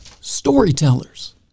Storytellers